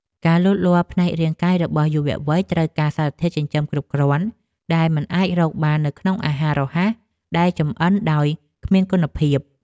ការលូតលាស់ផ្នែករាងកាយរបស់យុវវ័យត្រូវការសារធាតុចិញ្ចឹមគ្រប់គ្រាន់ដែលមិនអាចរកបាននៅក្នុងអាហាររហ័សដែលចម្អិន ដោយគ្មានគុណភាព។